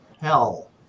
hell